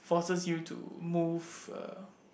forces you to move uh